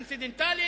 אינצידנטלי,